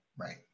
right